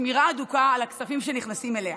שמירה הדוקה על הכספים שנכנסים אליו.